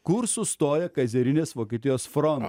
kur sustoja kaizerinės vokietijos fron